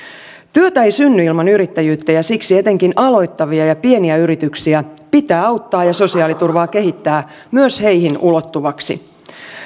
työtä ei synny ilman yrittäjyyttä ja siksi etenkin aloittavia ja pieniä yrityksiä pitää auttaa ja sosiaaliturvaa kehittää myös niihin ulottuvaksi